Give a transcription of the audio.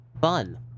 fun